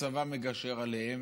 הצבא מגשר עליהם